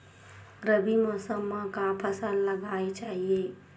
रबी मौसम म का फसल लगाना चहिए?